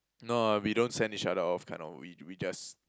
no we don't send each other off kind of we we just